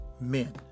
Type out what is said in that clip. men